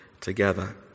together